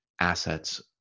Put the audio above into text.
assets